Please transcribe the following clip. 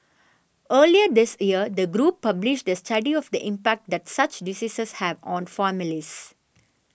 earlier this year the group published a study of the impact that such diseases have on families